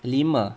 lima